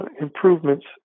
improvements